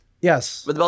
Yes